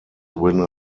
win